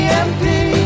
empty